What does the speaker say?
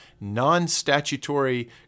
non-statutory